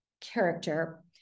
character